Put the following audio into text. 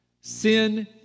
Sin